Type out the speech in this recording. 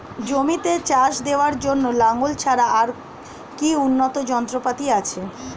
জমিতে চাষ দেওয়ার জন্য লাঙ্গল ছাড়া আর কি উন্নত যন্ত্রপাতি আছে?